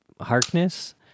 harkness